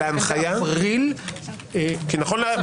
באפריל --- להנחיה?